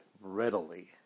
readily